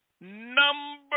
Number